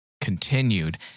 continued